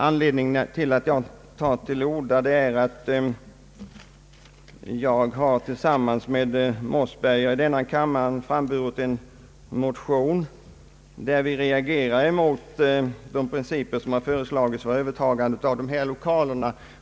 Anledningen till att jag tar till orda är att jag tillsammans med herr Mossberger i denna kammare har framburit en motion i vilken vi reagerar mot de principer som föreslagits för övertagandet av dessa lokaler.